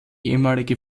ehemalige